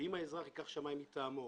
שאם האזרח ייקח שמאי מטעמו,